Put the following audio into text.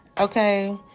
Okay